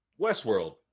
Westworld